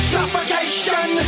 Suffocation